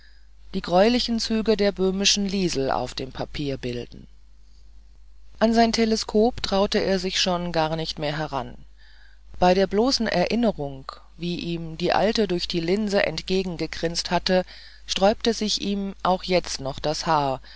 die greulichen züge der böhmischen liesel auf dem papier bilden an sein teleskop traute er sich schon gar nicht mehr heran bei der bloßen erinnerung wie ihm die alte durch die linse entgegengegrinst hatte sträubte sich ihm jetzt noch das haar